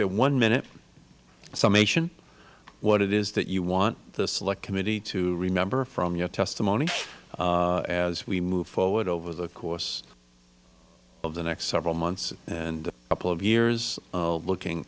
their one minute summation on what it is that you want the select committee to remember from your testimony as we move forward over the course of the next several months and couple of years looking